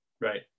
Right